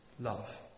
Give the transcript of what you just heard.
love